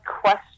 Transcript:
question